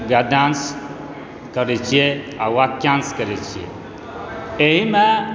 गद्याँश करै छिए आओर वाक्याँश करै छिए ताहिमे